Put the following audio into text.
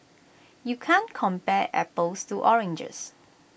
you can't compare apples to oranges